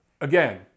again